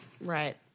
Right